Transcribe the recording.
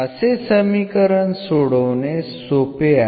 असे समीकरण सोडवणे सोपे आहे